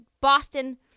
Boston